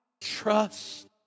trust